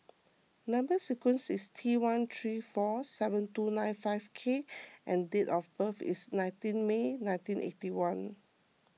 Number Sequence is T one three four seven two nine five K and date of birth is nineteen May nineteen eighty one